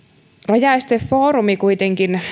rajaestefoorumi kuitenkin